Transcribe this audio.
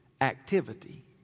activity